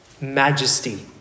majesty